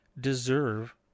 deserve